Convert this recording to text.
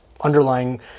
underlying